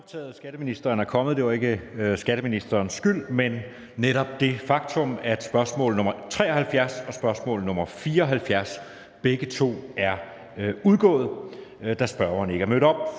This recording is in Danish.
Skatteministeren er kommet – det var ikke skatteministerens skyld, men det skyldtes netop det faktum, at spørgsmål nr. 73 og nr. 74 begge to er udgået, da spørgeren ikke er mødt op.